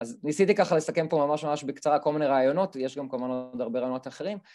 אז ניסיתי ככה לסכם פה ממש ממש בקצרה כל מיני רעיונות, יש גם כמובן עוד הרבה רעיונות אחרים.